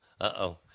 Uh-oh